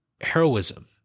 heroism